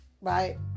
right